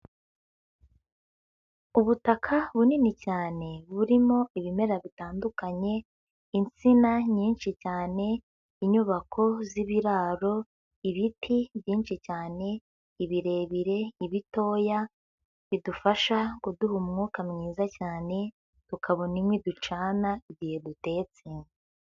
Ubutaka bunini cyane burimo ibimera bitandukanye, insina nyinshi cyane, inyubako z'ibiraro, ibiti byinshi cyane, ibirebire, ibitoya, bidufasha kuduha umwuka mwiza cyane tukabona inkwi ducana igihe dutetse.